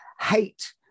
hate